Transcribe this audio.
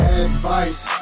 advice